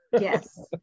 Yes